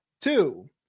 two